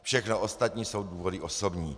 Všechno ostatní jsou důvody osobní.